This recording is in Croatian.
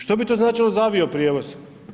Što bi to značilo za avioprijevoz?